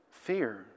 Fear